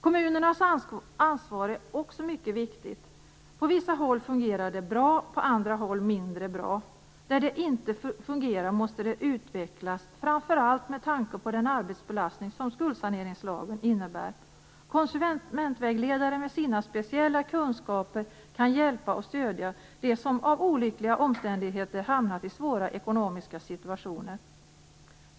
Kommunernas ansvar är också mycket viktigt. På vissa håll fungerar det bra, på andra håll mindre bra. Där det inte fungerar måste det utvecklas framför allt med tanke på den arbetsbelastning som skuldsaneringslagen innebär. Konsumentvägledare med sina speciella kunskaper kan hjälpa och stödja dem som av olyckliga omständigheter har hamnat i svåra ekonomiska situationer.